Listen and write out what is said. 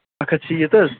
اکھ ہتھ شیٖتھ حظ